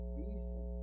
reason